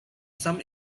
some